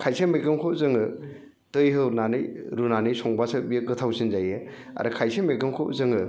खायसे मैगंखौ जोङो दै होनानै रुनानै संबासो बेयो गोथावसिन जायो आरो खायसे मैगंखौ जोङो